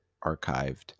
archived